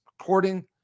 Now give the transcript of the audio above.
according